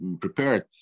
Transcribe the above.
prepared